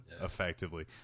effectively